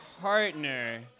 partner